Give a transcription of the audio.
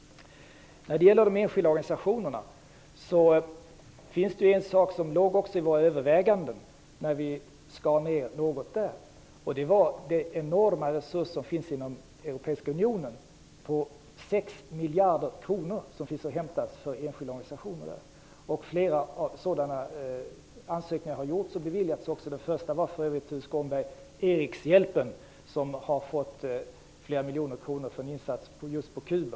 När det gäller de enskilda organisationerna var det särskilt en sak som fanns med i våra överväganden när vi skar ned något där, och det var de enorma resurser som finns inom Europeiska unionen. Där finns 6 miljarder kronor att hämta för enskilda organisationer. Flera sådana ansökningar har också gjorts och beviljats. Den första, Tuve Skånberg, var för övrigt Erikshjälpen, som har fått flera miljoner kronor för en insats på just Kuba.